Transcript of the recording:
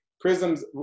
Prism's